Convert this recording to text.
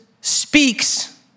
speaks